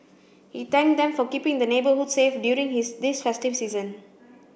he thanked them for keeping the neighbourhood safe during his this festive season